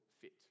fit